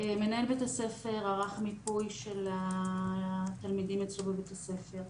מנהל בית הספר ערך מיפוי של התלמידים אצלו בבית הספר,